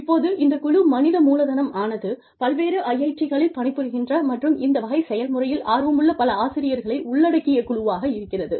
இப்போது இந்த குழு மனித மூலதனம் ஆனது பல்வேறு IIT களில் பணிபுரிகின்ற மற்றும் இந்த வகை செயல்முறையில் ஆர்வமுள்ள பல ஆசிரியர்களை உள்ளடக்கிய குழுவாக இருக்கிறது